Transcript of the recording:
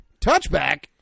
Touchback